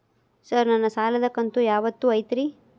Sir ನನ್ನ ಸಾಲದ ಕಂತು ಯಾವತ್ತೂ ಐತ್ರಿ?